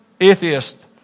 atheist